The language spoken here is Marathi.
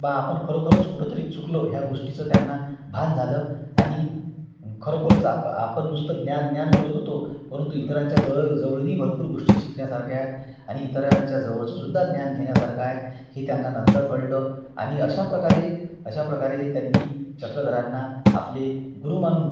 बा आपण खरोखरच कुठंतरी चुकलो ह्या गोष्टीचं त्यांना भान झालं आणि खरोखरच आप आपण नुसतं ज्ञान ज्ञान करत होतो परंतु इतरांच्या जवळ जवळूनही भरपूर गोष्टी शिकण्यासारख्या आहे आणि इतरांच्या जवळचं सुद्धा ज्ञान घेण्यासारखं आहे हे त्यांना नंतर कळलं आणि अशा प्रकारे अशा प्रकारे त्यांनी चक्रधरांना आपले गुरु मानून